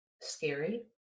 scary